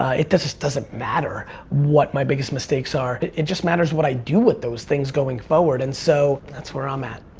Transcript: it just doesn't matter what my biggest mistakes are, it it just matters what i do with those things going forward and so that's where i'm at.